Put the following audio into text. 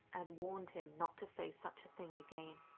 ed warned him not to say such a thing again.